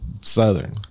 southern